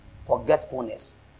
forgetfulness